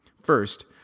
First